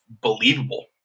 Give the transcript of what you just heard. believable